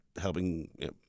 Helping